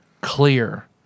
clear